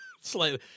Slightly